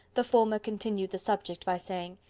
the former continued the subject, by saying,